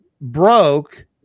broke